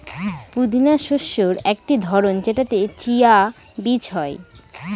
পুদিনা শস্যের একটি ধরন যেটাতে চিয়া বীজ হয়